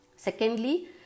Secondly